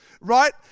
right